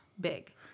big